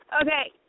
Okay